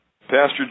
Pastor